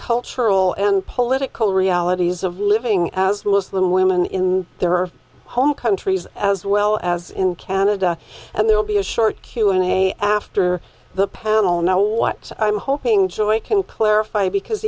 cultural and political realities of living as muslim women in their or home countries as well as in canada and there'll be a short q and a after the panel know what i'm hoping joy can clarify because